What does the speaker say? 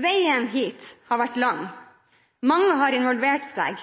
Veien hit har vært lang. Mange har involvert seg,